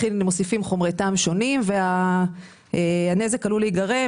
מוסיפים חומרי טעם שונים והנזק עלול להיגרם